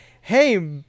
hey